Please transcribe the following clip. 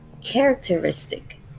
characteristic